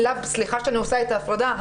סליחה שאני עושה את ההפרדה,